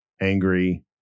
angry